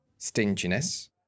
Stinginess